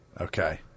Okay